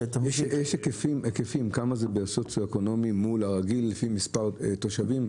יש היקפים כמה זה בסוציו-אקונומי לפי מספר התושבים?